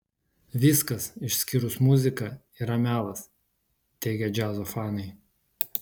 viskas išskyrus muziką yra melas teigia džiazo fanai